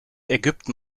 ägypten